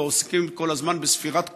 פה עוסקים כל הזמן בספירת קולות: